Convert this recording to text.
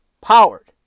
powered